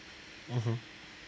mmhmm